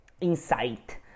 insight